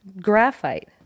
graphite